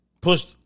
Push